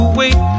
wait